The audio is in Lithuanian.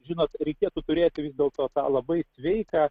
žinot reikėtų turėti vis dėlto tą labai sveiką